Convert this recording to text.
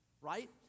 right